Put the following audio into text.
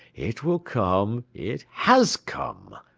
it will come! it has come!